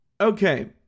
Okay